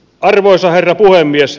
arvoisa herra puhemies